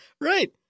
Right